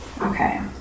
Okay